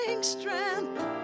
strength